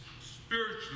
spiritually